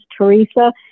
Teresa